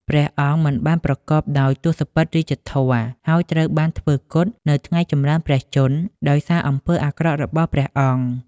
ព្រះអង្គមិនបានប្រកបដោយទសពិធរាជធម៌ ហើយត្រូវបានធ្វើគុតនៅថ្ងៃចម្រើនព្រះជន្ម ដោយសារអំពើអាក្រក់របស់ព្រះអង្គ។